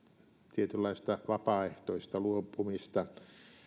tietynlaista vapaaehtoista luopumista